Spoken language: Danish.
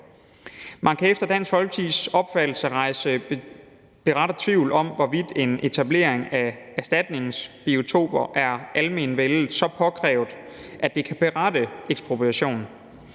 Man kan efter Dansk Folkepartis opfattelse rejse berettiget tvivl om, hvorvidt en etablering af erstatningsbiotoper er almenvellet så påkrævet, at det kan berettige ekspropriation.